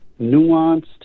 nuanced